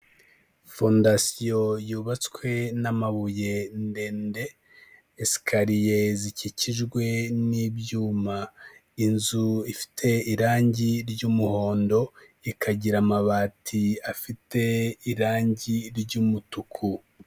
Fondasiyo yubatswe n'amabuye ndende. Esikariye zikikijwe n'ibyuma. Inzu ifite irangi ry'umuhondo, ikagira amabati afite irangi ry'umutuku.